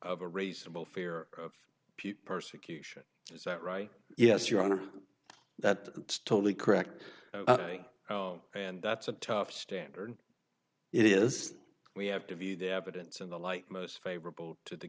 a reasonable fear of persecution is that right yes your honor that it's totally correct oh and that's a tough standard it is we have to view the evidence in the light most favorable to the